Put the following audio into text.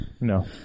No